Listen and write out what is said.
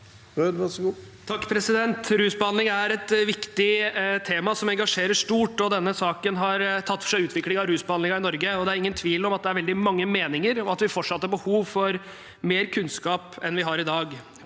til. Even A. Røed (A) Rusbehandling er et viktig tema som engasjerer stort. Denne saken har tatt for seg utviklingen av rusbehandlingen i Norge, og det er ingen tvil om at det er veldig mange meninger, og at vi fortsatt har behov for mer kunnskap enn vi har i dag.